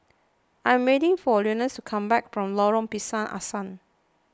I am waiting for Leonidas to come back from Lorong Pisang Asam